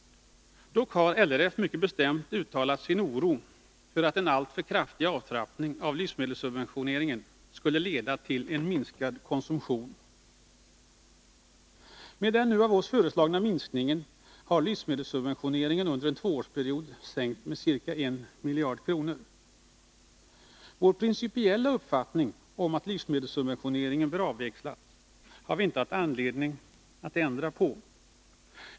Dock har LRF mycket bestämt uttalat sin oro för att en alltför kraftig avtrappning av livsmedelssubventioneringen skulle leda till en minskad konsumtion. Med den av oss föreslagna minskningen har livsmedelssubventionerna under en tvåårsperiod sänkts med ca 1 miljard kronor. Vår principiella uppfattning om att livsmedelssubventioneringen bör avvecklas har vi inte haft anledning att ändra på.